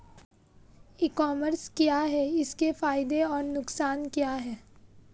ई commerce क्या है इसके फायदे और नुकसान क्या है?